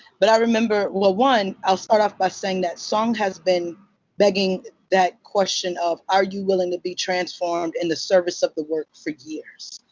but i remember well, one, i'll start off by saying that song has been begging that question of are you willing to be transformed in the service of the work? for years.